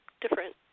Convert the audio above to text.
different